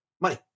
money